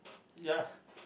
ya